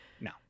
No